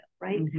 right